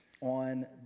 on